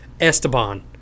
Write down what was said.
Esteban